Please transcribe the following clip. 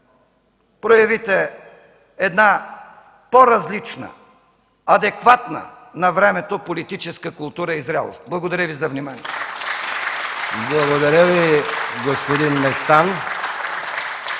проявите една по-различна, адекватна на времето политическа култура и зрялост. Благодаря Ви за вниманието.